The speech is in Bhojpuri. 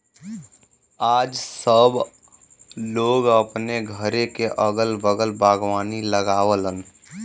आज सब लोग अपने घरे क अगल बगल बागवानी लगावलन